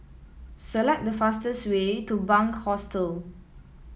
select the fastest way to Bunc Hostel